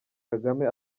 kagame